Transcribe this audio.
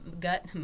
gut